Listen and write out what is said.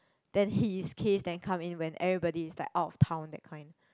then his case then come in when everybody is like out of town that kind